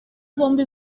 bombi